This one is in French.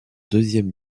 deuxième